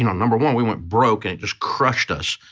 you know number one, we went broke and it just crushed us.